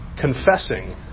confessing